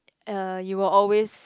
uh you will always